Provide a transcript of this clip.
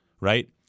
right